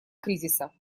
кризиса